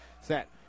Set